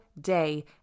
day